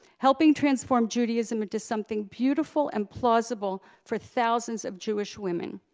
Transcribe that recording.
helping transform judaism into something beautiful and plausible for thousands of jewish women.